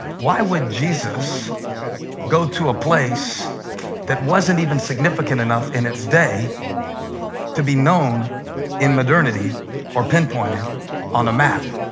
why would jesus go to a place that wasn't even significant enough in its day to be known in modernity or pinpointed on a map?